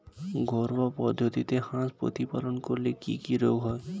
ঘরোয়া পদ্ধতিতে হাঁস প্রতিপালন করলে কি কি রোগ হয়?